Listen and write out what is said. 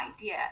idea